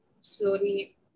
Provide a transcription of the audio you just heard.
slowly